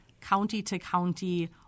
county-to-county